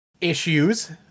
issues